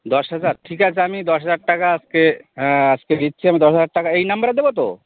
দশ হাজার ঠিক আছে আমি দশ হাজার টাকা আজকে হ্যাঁ আজকে দিচ্ছি আমি দশ হাজার টাকা এই নাম্বারে দেব তো